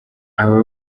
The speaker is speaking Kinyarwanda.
aba